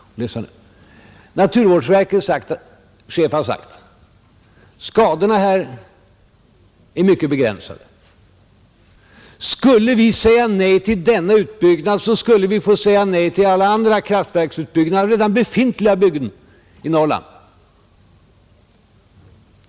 Naturvårdsverkets chef har sagt att skadorna i detta fall blir mycket begränsade. Om vi skulle säga nej till denna utbyggnad måste vi säga nej till utbyggande av redan befintliga kraftverksbyggnader i Norrland.